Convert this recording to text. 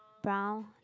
brown